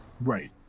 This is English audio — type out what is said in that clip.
Right